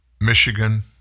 Michigan